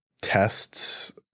tests